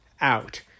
out